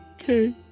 Okay